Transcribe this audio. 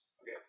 Okay